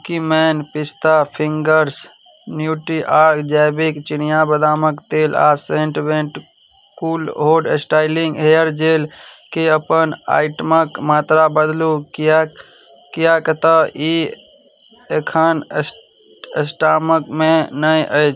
cookie Man pista fingers Nutriorg जैविक चिनिया बदामक तेल आ Set Wet full hold styling hair जेलके अपन आइटमक मात्रा बदलू किये कियेक तऽ ई एखन स्ट स्टामकमे नहि अइ